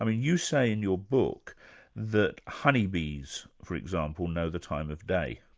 um you say in your book that honeybees for example, know the time of day.